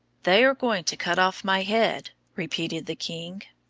they are going to cut off my head, repeated the king,